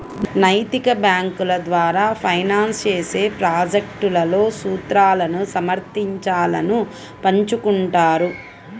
నైతిక బ్యేంకుల ద్వారా ఫైనాన్స్ చేసే ప్రాజెక్ట్లలో సూత్రాలను సమర్థించాలను పంచుకుంటారు